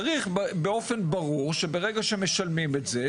צריך באופן ברור שברגע שמשלמים את זה,